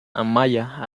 amaya